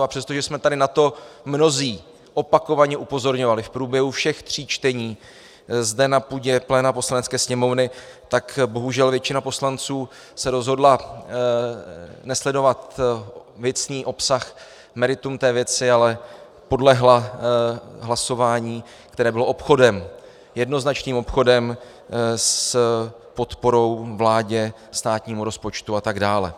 A přestože jsme tady na to mnozí opakovaně upozorňovali v průběhu všech tří čtení zde na půdě Poslanecké sněmovny, tak bohužel většina poslanců se rozhodla nesledovat věcný obsah, meritum té věci, ale podlehla hlasování, které bylo obchodem, jednoznačným obchodem s podporou vládě, státnímu rozpočtu atd.